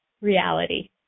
reality